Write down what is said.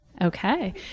Okay